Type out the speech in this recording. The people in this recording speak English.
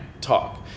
talk